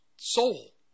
soul